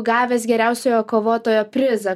gavęs geriausiojo kovotojo prizą